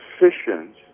efficient